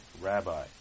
rabbi